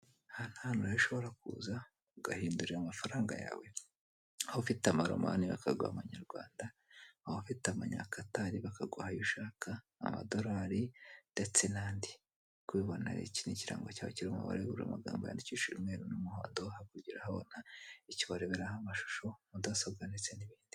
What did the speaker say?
Aha ni ahantu rero ushobora kuza ugahindurira amafaranga yawe aho ufite amaromani, bakaguha abanyarwanda waba ufite amanyakatari bakaguha ayo ushaka, amadolari ndetse n'andi. Nk'uko ubibona rero iki ni ikirango cyabo kiri mu mabara y'ubururu amagambo yandikishije umweru n'umuhondo, hakurya urahabona icyo bareberaho amashusho, mudasobwa ndetse n'ibindi.